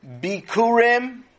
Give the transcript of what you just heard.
Bikurim